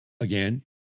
Again